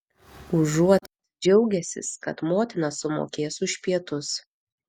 užuot džiaugęsis kad motina sumokės už pietus